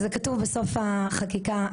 זה כתוב בסוף החקיקה.